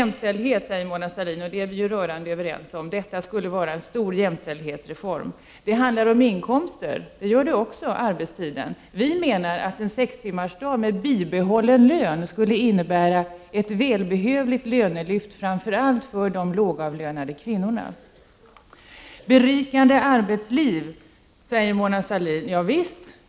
Mona Sahlin sade att detta skulle vara en stor jämställdhetsreform, och det är vi rörande överens om. Arbetstiden handlar också om inkomster. Vi menar att en sex timmars arbetsdag med bibehållen lön för arbetstagaren skulle innebära ett välbehövligt lönelyft för framför allt de lågavlönade kvinnorna. Mona Sahlin talade om ett berikande arbetsliv.